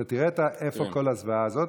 אתה תראה איפה כל הזוועה הזאת.